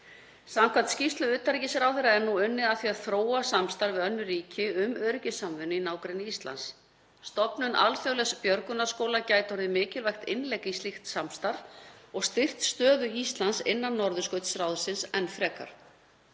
Samkvæmt skýrslu utanríkisráðherra er nú unnið að því að þróa samstarf við önnur ríki um öryggissamvinnu í nágrenni Íslands. Stofnun alþjóðlegs björgunarskóla gæti orðið mikilvægt innlegg í slíkt samstarf og styrkt stöðu Íslands innan Norðurskautsráðsins enn frekar.